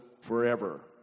forever